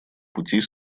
путей